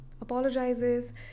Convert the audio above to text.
apologizes